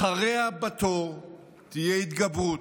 אחריה בתור תהיה ההתגברות,